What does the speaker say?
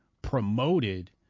Promoted